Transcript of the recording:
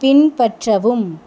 பின்பற்றவும்